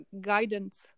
guidance